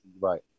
Right